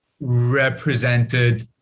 represented